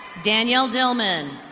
daniel dilman.